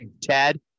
Ted